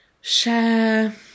share